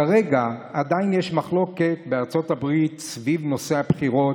כרגע עדיין יש מחלוקת בארצות הברית סביב נושא הבחירות,